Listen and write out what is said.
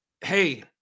hey